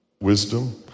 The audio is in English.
Wisdom